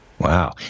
Wow